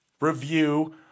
review